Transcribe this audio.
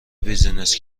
بیزینس